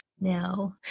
No